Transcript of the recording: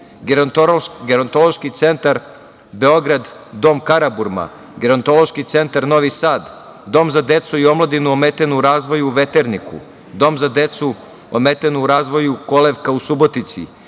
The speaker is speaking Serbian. Gerontološki centar Beograd – Dom „Karaburma“, Gerontološki centar Novi Sad, Dom za decu i omladinu ometenu u razvoju u Veterniku, Dom za decu ometenu u razvoju „Kolevka“ u Subotici,